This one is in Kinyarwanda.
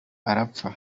arapfa